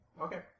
Okay